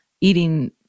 eating